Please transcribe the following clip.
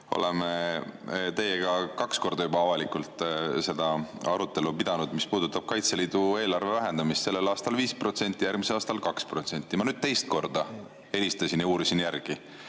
oleme teiega kaks korda juba avalikult pidanud seda arutelu, mis puudutab Kaitseliidu eelarve vähendamist sellel aastal 5% ja järgmisel aastal 2%. Ma teist korda helistasin ja uurisin.